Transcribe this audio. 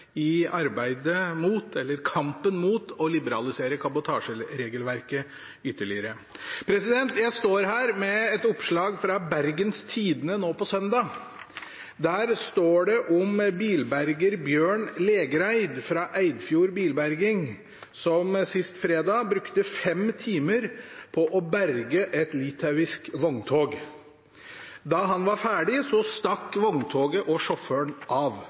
i kampen mot å liberalisere kabotasjeregelverket ytterligere. Jeg står her med et oppslag fra Bergens Tidende nå på søndag. Der står det om bilberger Bjørn Lægreid fra Eidfjord Bilberging, som sist fredag brukte fem timer på å berge et litauisk vogntog. Da han var ferdig, stakk vogntoget og sjåføren av.